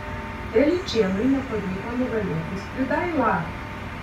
telyčėnui nepavyko nugalėti skridailą